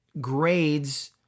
grades